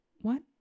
What